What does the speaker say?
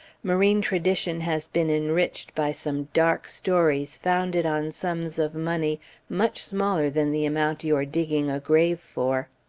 marine tradition has been enriched by some dark stories founded on sums of. money much smaller than the amount you are digging a grave for.